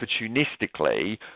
opportunistically